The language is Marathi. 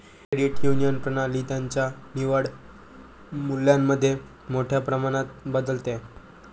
क्रेडिट युनियन प्रणाली त्यांच्या निव्वळ मूल्यामध्ये मोठ्या प्रमाणात बदलते